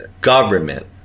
government